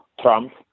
Trump